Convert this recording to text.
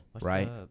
right